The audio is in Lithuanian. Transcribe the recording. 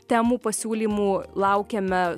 temų pasiūlymų laukiame